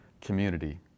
community